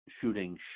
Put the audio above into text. shooting